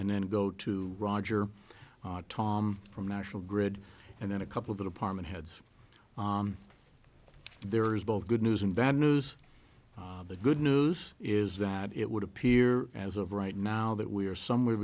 and then go to roger from national grid and then a couple of the department heads there is both good news and bad news the good news is that it would appear as of right now that we are somewhere